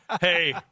Hey